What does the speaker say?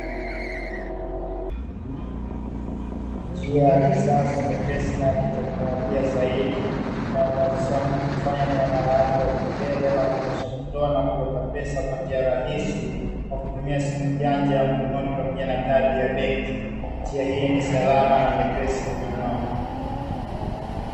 Njia ya kisasa nyepesi na ya kiteknolojia zaidi, inayomuwezesha mtu kufanya miamala yake ya kifedha inayojumuisha kutoa na kuweka pesa kwa njia rahisi, kwa kutumia simu janja ya mkononi pamoja na kadi ya benki. Njia hii ni salama na nyepesi mno.